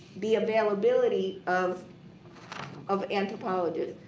the availability of of anthropologists.